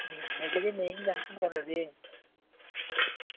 మీకు అన్నిట్లికి main junction కదా అది